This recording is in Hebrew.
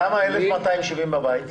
למה 1,270 שקלים בבית?